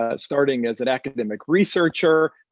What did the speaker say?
ah starting as an academic researcher,